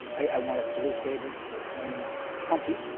i want to salute david for coining trumpy,